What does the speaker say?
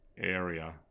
Area